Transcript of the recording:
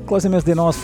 klausėmės dainos